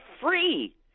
free